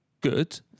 good